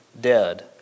dead